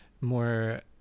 more